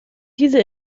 diese